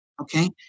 Okay